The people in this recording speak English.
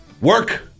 Work